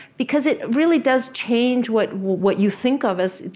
because it really does change what what you think of as,